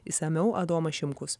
išsamiau adomas šimkus